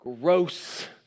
gross